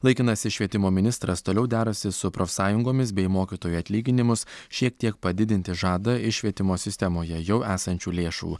laikinasis švietimo ministras toliau derasi su profsąjungomis bei mokytojų atlyginimus šiek tiek padidinti žada iš švietimo sistemoje jau esančių lėšų